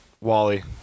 Wally